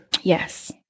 Yes